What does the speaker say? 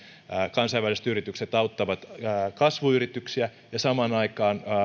kansainväliset yritykset taas puolestaan auttavat kasvuyrityksiä ja samaan aikaan